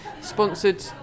sponsored